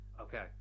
Okay